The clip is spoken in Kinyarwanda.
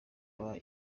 aba